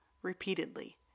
repeatedly